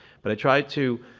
but i tried to